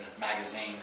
magazine